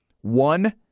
One